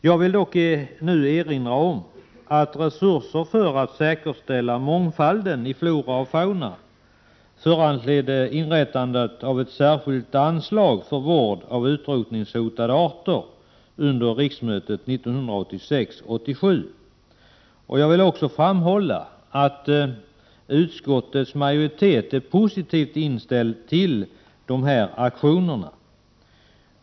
Jag vill dock erinra om att resurser för att säkerställa mångfalden i flora och fauna föranledde inrättandet av ett särskilt anslag för vård av utrotningshotade arter under riksmötet 1986/87. Jag vill också framhålla att utskottets majoritet är positivt inställd till dessa aktioner.